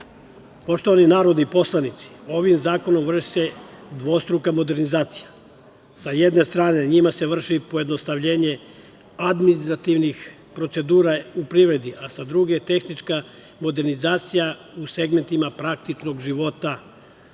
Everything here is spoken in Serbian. Srbije. Poštovani narodni poslanici, ovim zakonom vrši se dvostruka modernizacija. Sa jedne strane, njima se vrši pojednostavljenje administrativnih procedura u privredi, a sa druge, tehnička modernizacija u segmentima praktičnog života.